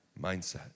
Mindset